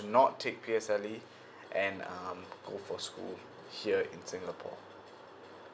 not take P_S_L_E and um go for school here in singapore